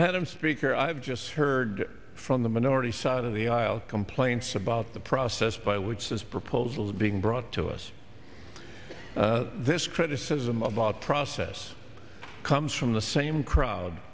that i'm speaker i've just heard from the minority side of the aisle complaints about the process by which this proposal is being brought to us this criticism about process comes from the same crowd